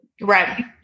Right